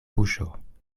buŝo